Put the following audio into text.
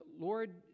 Lord